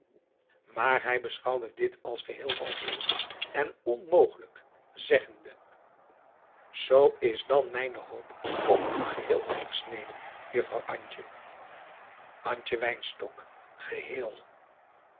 maar hij beschouwde dit als geheel hopeloos en onmogelijk zeggende zoo is dan mijne hoop op u geheel afgesneden juffrouw